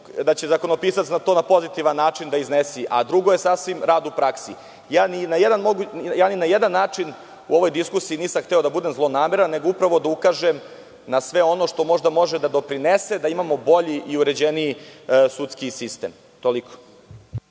da će zakonopisac to na pozitivan način da iznese, a drugo je sasvim u praksi. Ni na jedan način u ovoj diskusiji nisam hteo da budem zlonameran, nego upravo da ukažem na sve ono što možda može da doprinese da imamo bolji i uređeniji sudski sistem. Hvala.